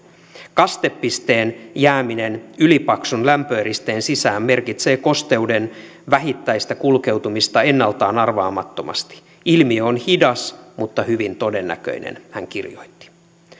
kastepisteen jääminen ylipaksun lämpöeristeen sisään merkitsee kosteuden vähittäistä kulkeutumista ennalta arvaamattomasti ilmiö on hidas mutta hyvin todennäköinen hän kirjoitti